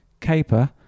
caper